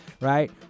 right